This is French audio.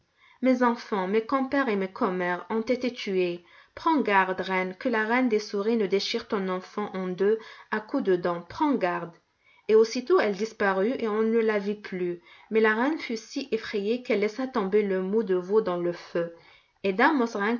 mes enfants mes compères et mes commères ont été tués prends garde reine que la reine des souris ne déchire ton enfant en deux à coups de dents prends garde et aussitôt elle disparut et on ne la vit plus mais la reine fut si effrayée qu'elle laissa tomber le mou de veau dans le feu